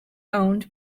owned